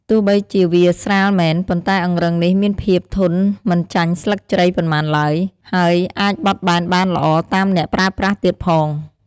ទោះបីជាវាស្រាលមែន ប៉ុន្តែអង្រឹងនេះមានភាពធន់មិនចាញ់ស្លឹកជ្រៃប៉ុន្មានឡើយ ហើយអាចបត់បែនបានល្អតាមអ្នកប្រើប្រាស់ទៀតផង។